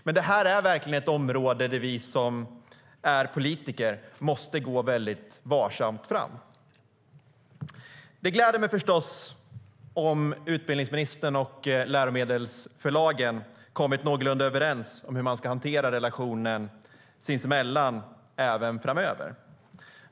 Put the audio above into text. Men det här är verkligen ett område där vi som är politiker måste gå väldigt varsamt fram. Det gläder mig förstås om utbildningsministern och läromedelsförlagen kommit någorlunda överens om hur man ska hantera relationen sinsemellan även framöver.